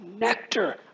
nectar